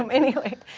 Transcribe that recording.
um anyway,